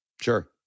Sure